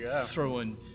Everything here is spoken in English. throwing